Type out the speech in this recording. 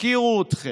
הפקירו אתכם.